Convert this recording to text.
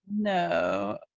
No